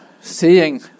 seeing